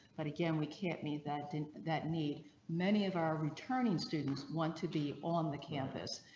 but again, we can't meet that and that need many of our returning students want to be on the campus.